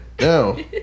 No